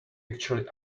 actually